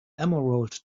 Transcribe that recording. emerald